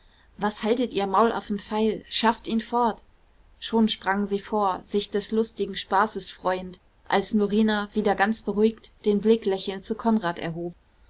was haltet ihr maulaffen feil schafft ihn fort schon sprangen sie vor sich des lustigen spaßes freuend als norina wieder ganz beruhigt den blick lächelnd zu konrad erhob